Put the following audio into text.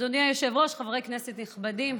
אדוני היושב-ראש, חברי כנסת נכבדים,